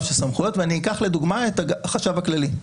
של סמכויות ואני אקח לדוגמה את החשב הכללי.